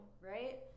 right